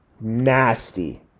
nasty